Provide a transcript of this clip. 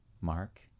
Mark